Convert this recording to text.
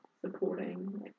supporting